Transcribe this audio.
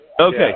Okay